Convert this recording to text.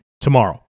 tomorrow